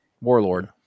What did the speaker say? Warlord